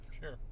sure